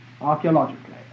archaeologically